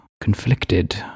conflicted